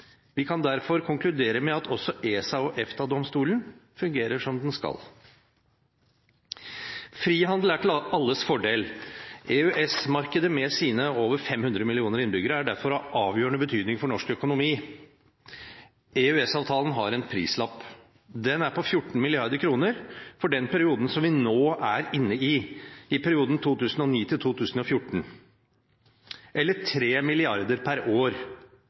Vi kan derfor konkludere med at også ESA og EFTA-domstolen fungerer som de skal. Frihandel er til alles fordel. EØS-markedet med sine over 500 millioner innbyggere er derfor av avgjørende betydning for norsk økonomi. EØS-avtalen har en prislapp. Den er på 14 mrd. kr for den perioden som vi nå er inne i – perioden 2009–2014 – eller 3 mrd. kr per år.